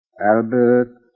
Albert